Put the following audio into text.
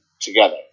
together